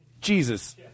Jesus